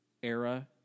Era